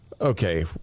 okay